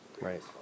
Right